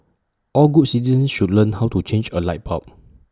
all good citizens should learn how to change A light bulb